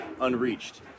unreached